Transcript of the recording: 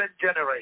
generation